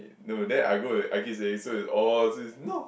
no then I go and I keep saying so it's orh so it's no